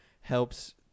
helps